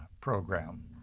program